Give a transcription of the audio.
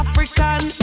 African